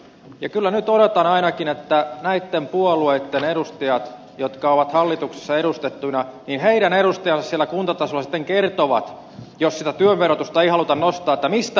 ja kyllä nyt odotan ainakin että näitten puolueitten edustajat jotka ovat hallituksessa edustettuina heidän edustajansa siellä kuntatasolla sitten kertovat jos sitä työn verotusta ei haluta nostaa mistä leikataan